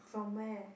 from where